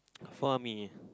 for me